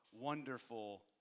wonderful